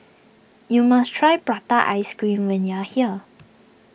you must try Prata Ice Cream when you are here